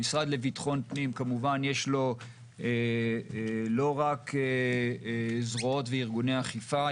למשרד לביטחון פנים יש כמובן לא רק זרועות וארגוני אכיפה,